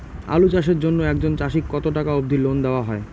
আলু চাষের জন্য একজন চাষীক কতো টাকা অব্দি লোন দেওয়া হয়?